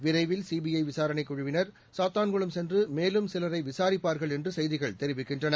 விரைவில் சிபிஐ விசாரணைக் குழுவினர் சாத்தான்குளம் சென்று மேலும் சிலரை விசாரிப்பார்கள் என்று செய்திகள் தெரிவிக்கின்றன